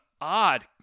odd